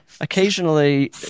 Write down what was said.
Occasionally